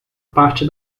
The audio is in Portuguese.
parte